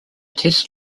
test